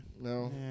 no